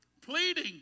pleading